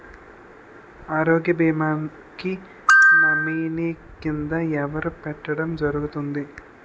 ఆరోగ్య భీమా కి నామినీ కిందా ఎవరిని పెట్టడం జరుగతుంది?